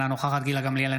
אינה נוכחת גילה גמליאל,